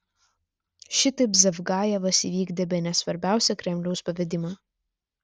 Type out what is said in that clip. šitaip zavgajevas įvykdė bene svarbiausią kremliaus pavedimą